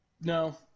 No